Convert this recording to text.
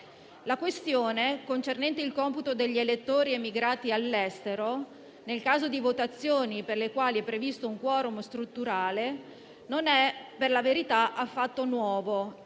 La questione concernente il computo degli elettori emigrati all'estero, nel caso di votazioni per le quali è previsto un *quorum* strutturale, non è per la verità affatto nuovo: